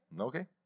Okay